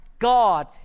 God